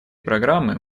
программы